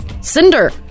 Cinder